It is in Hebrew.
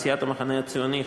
מסיעת המחנה הציוני,